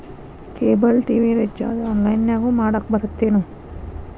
cable TV recharge ಆನ್ಲೈನ್ನ್ಯಾಗು ಮಾಡಕ ಬರತ್ತೇನು